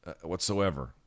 whatsoever